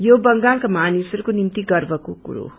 यो बंगालका मानिसहरूको निम्ति गर्वको कुरा हो